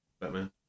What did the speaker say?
Batman